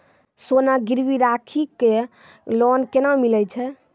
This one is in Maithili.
सोना गिरवी राखी कऽ लोन केना मिलै छै?